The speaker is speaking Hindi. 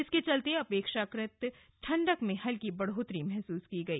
इसके चलते अपेक्षाकृत ठंडक में हल्की बढ़ोत्तरी महसूस की गई